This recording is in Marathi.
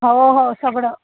हो हो सगळं